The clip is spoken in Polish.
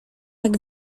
jak